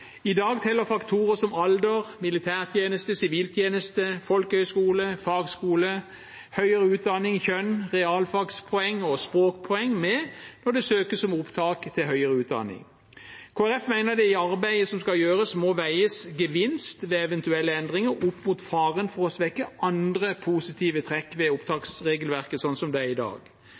I dag teller faktorer som alder, militærtjeneste, siviltjeneste, folkehøyskole, fagskole, høyere utdanning, kjønn, realfagspoeng og språkpoeng med når det søkes om opptak til høyere utdanning. Kristelig Folkeparti mener at i arbeidet som skal gjøres, må gevinst ved eventuelle endringer veies opp mot faren for å svekke andre positive trekk ved opptaksregelverket slik det er i dag.